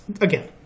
again